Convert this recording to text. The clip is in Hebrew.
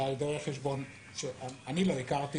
נאמר, אלא על-ידי רואה חשבון שאני לא הכרתי